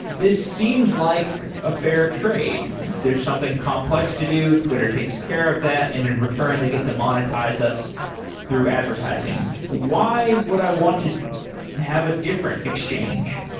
this seems like a fair trade. there's something complex to do. twitter takes care of that, and in return they get to monetize us through advertising. why would i want to have a different exchange?